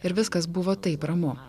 ir viskas buvo taip ramu